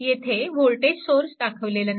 येथे voltage source दाखवलेला नाही